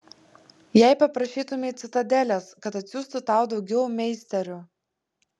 jei paprašytumei citadelės kad atsiųstų tau daugiau meisterių